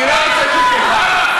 לא, אני לא רוצה, למה לא?